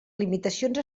limitacions